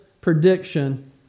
prediction